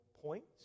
points